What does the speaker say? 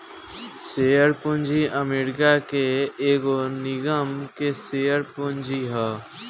share पूंजी America के एगो निगम के शेयर पूंजी ह